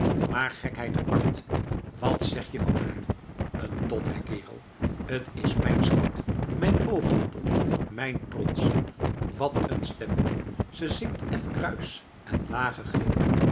maar gekheid apart wat zeg je van haar een dot hé kerel t is mijn schat mijn oogappel mijn trots wat een stem ze zingt f kruis de lage